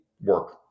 work